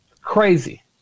crazy